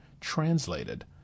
translated